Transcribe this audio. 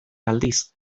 aldiz